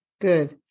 Good